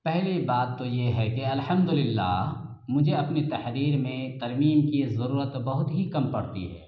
پہلی بات تو یہ ہے کہ الحمد للہ مجھے اپنی تحریر میں ترمیم کی ضرورت بہت ہی کم پڑتی ہے